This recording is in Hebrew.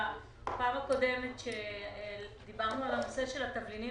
בפעם הקודמת כשדיברנו על הנושא של התבלינים